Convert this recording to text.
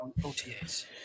OTAs